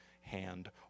hand